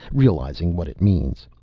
realizing what it means.